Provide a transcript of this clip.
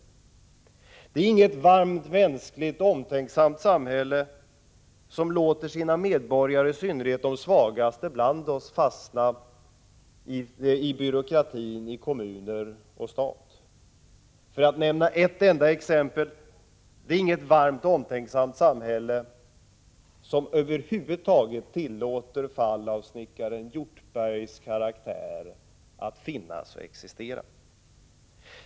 Det är inget varmt, mänskligt och omtänksamt samhälle som låter sina medborgare, i allmänhet de svagaste bland oss, fastna i byråkratin i kommuner och stat. För att nämna ett exempel: Det är inget varmt och omtänksamt samhälle som över huvud taget tillåter att fall av snickaren Hjortbergs karaktär finns och existerar.